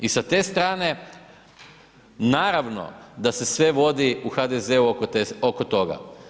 I s te strane, naravno da se sve vodi u HDZ-u oko toga.